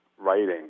writing